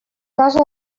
casa